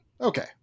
Okay